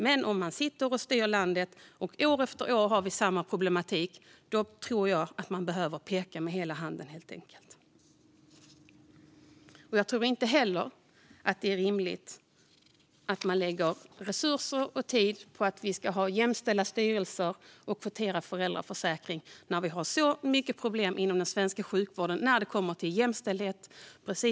Men om man styr landet och har samma problematik år efter år, då tror jag att man behöver peka med hela handen. Jag tror inte att det är rimligt att man lägger resurser och tid på att vi ska ha jämställda styrelser och kvoterad föräldraförsäkring när vi har så stora problem inom den svenska sjukvården när det gäller jämställdhet.